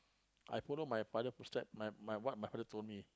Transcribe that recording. I follow my father footstep my my what my father told me